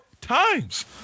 times